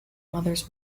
mother’s